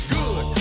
good